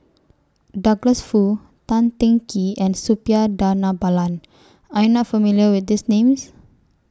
Douglas Foo Tan Teng Kee and Suppiah Dhanabalan Are YOU not familiar with These Names